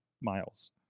Miles